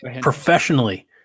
professionally